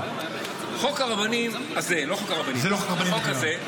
חוק הרבנים הזה --- זה לא חוק הרבנים בכלל,